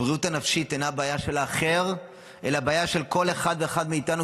הבריאות הנפשית אינה בעיה של האחר אלא בעיה של כל אחד ואחד מאיתנו,